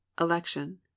Election